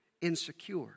insecure